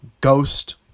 Ghost